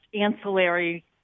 ancillary